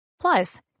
Plus